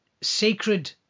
sacred